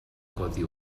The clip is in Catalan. codi